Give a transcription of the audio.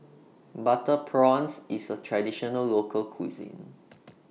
Butter Prawns IS A Traditional Local Cuisine